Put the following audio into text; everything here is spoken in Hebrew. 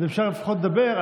אז אפשר לפחות לדבר,